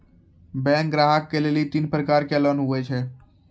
Bank ग्राहक के लेली तीन प्रकर के लोन हुए छै?